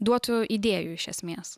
duotų idėjų iš esmės